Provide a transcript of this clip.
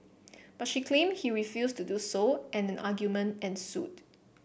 but she claimed he refused to do so and an argument ensued